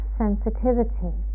sensitivity